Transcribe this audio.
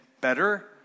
better